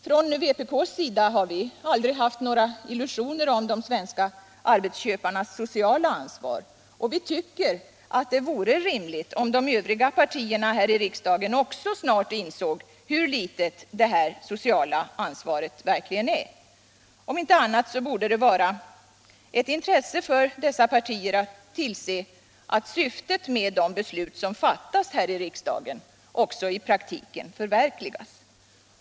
Från vpk:s sida har vi aldrig haft några illusioner om de svenska arbetsköparnas sociala ansvar, och vi tycker att det vore rimligt om de övriga partierna här i riksdagen också snart insåg hur liten deras sociala känsla av ansvar verkligen är. Om inte annat borde det vara ett intresse för dessa partier att tillse att syftet med de beslut som fattas här i riksdagen också i praktiken förverkligas.